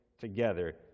together